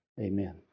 amen